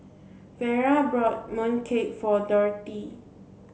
Vara bought mooncake for Dorthey